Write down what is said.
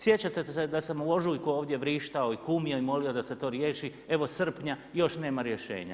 Sjećate se da sam uložio, tko je ovdje vrištao i kumio i molio da se to riješi, evo srpnja još nema rješenja.